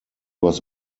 was